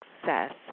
success